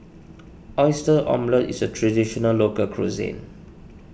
Oyster Omelette is a Traditional Local Cuisine